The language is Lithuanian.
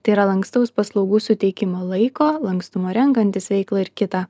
tai yra lankstaus paslaugų suteikimo laiko lankstumo renkantis veiklą ir kita